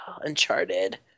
uncharted